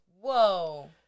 Whoa